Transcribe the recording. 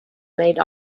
made